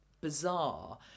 bizarre